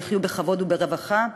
ויחיו בכבוד וברווחה?